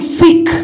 sick